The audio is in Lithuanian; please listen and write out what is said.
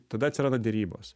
tada atsiranda derybos